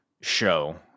show